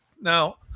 Now